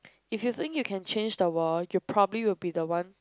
if you think you can change the world you probably will be the one